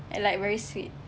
and like very sweet